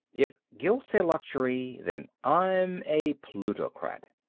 if guilt's a luxury, then i'm a plutocrat.